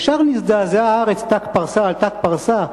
ישר נזדעזעה הארץ ת"ק פרסה על ת"ק פרסה: